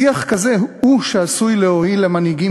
שיח כזה הוא שעשוי להועיל למנהיגים